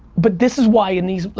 but this is why in these,